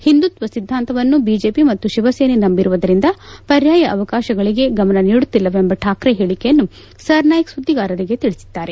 Hindutva ಸಿದ್ದಾಂತವನ್ನು BJP ಮತ್ತು ಶಿವಸೇನೆ ನಂಬಿರುವುದರಿಂದ ಪರ್ಯಾಯ ಅವಕಾಶಗಳಿಗೆ ಗಮನ ನೀಡುತ್ತಿಲ್ಲವೆಂಬ ಠಾಕ್ರೆ ಹೇಳಿಕೆಯನ್ನು ಸರ್ನಾಯಕ್ ಸುದ್ದಿಗಾರರಿಗೆ ತಿಳಿಸಿದ್ದಾರೆ